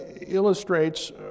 illustrates